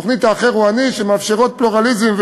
תוכנית "האחר הוא אני" שמאפשרות פלורליזם,